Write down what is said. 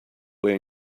way